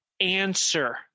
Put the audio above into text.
answer